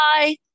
Bye